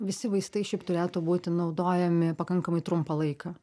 visi vaistai šiaip turėtų būti naudojami pakankamai trumpą laiką